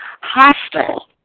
hostile